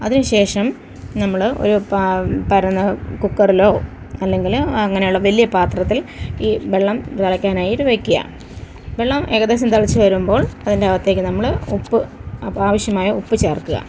അതിനുശേഷം നമ്മൾ ഒരു പരന്ന കുക്കറിലോ അല്ലെങ്കിൽ അങ്ങനെയുള്ള വലിയ പാത്രത്തിൽ ഈ വെള്ളം തിളക്കാനായിട്ട് വയ്ക്കുക വെള്ളം ഏകദേശം തിളച്ച് വരുമ്പോൾ അതിൻ്റെ അകത്തേക്ക് നമ്മൾ ഉപ്പ് ആവശ്യമായ ഉപ്പ് ചേർക്കുക